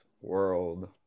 world